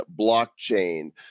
blockchain